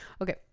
Okay